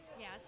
Yes